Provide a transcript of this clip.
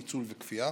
ניצול וכפייה,